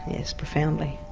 yes, profoundly,